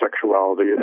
sexuality